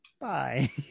Bye